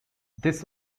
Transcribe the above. this